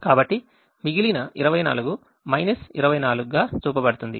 కాబట్టి మిగిలిన 24 24 గా చూపబడుతుంది